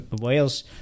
Wales